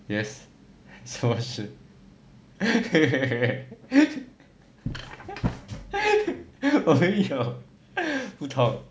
yes 什么事